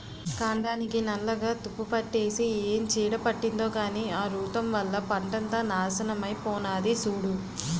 కాండానికి నల్లగా తుప్పుపట్టేసి ఏం చీడ పట్టిందో కానీ ఆ బూతం వల్ల పంటంతా నాశనమై పోనాది సూడూ